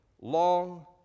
long